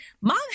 mom